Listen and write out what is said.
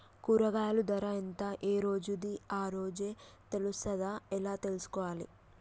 కూరగాయలు ధర ఎంత ఏ రోజుది ఆ రోజే తెలుస్తదా ఎలా తెలుసుకోవాలి?